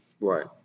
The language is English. right